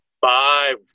Five